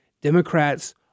Democrats